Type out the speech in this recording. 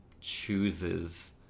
chooses